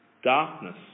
Darkness